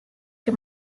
que